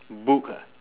book ah